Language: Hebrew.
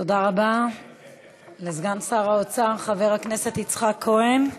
תודה רבה לסגן שר האוצר חבר הכנסת יצחק כהן.